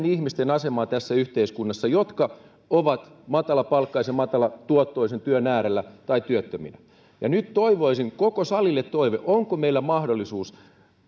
ihmisten asemaa tässä yhteiskunnassa jotka ovat matalapalkkaisen matalatuottoisen työn äärellä tai työttöminä ja nyt toivoisin koko salille toive onko meillä mahdollisuus